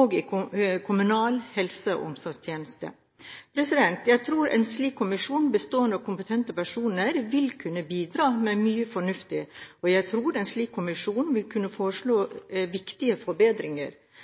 og i kommunale helse- og omsorgstjenester. Jeg tror en slik kommisjon bestående av kompetente personer vil kunne bidra med mye fornuftig, og jeg tror en slik kommisjon vil kunne foreslå viktige forbedringer.